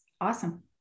awesome